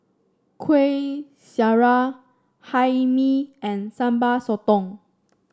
Kueh Syara Hae Mee and Sambal Sotong